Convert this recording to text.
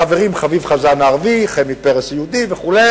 החברים חביב חזאן הערבי, חמי פרס יהודי וכו'.